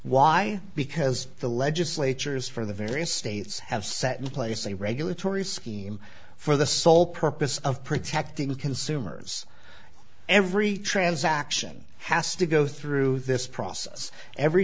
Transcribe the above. why because the legislatures from the various states have set in place a regulatory scheme for the sole purpose of protecting consumers every transaction has to go through this process every